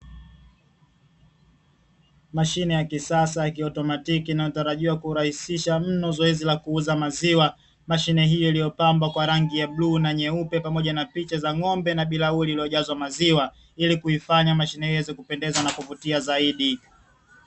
Mashine ya kisasa ya kiautomatiki inayotarajiwa kurahisisha mno zoezi la kuuza maziwa. Mashine hiyo iliyopambwa kwa rangi ya bluu na nyeupe pamoja na picha za ng'ombe na bilauri iliyojazwa maziwa, ili kuifanya mashine hiyo iweze kupendeza na kuvutia zaidi.